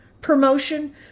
promotion